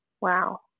wow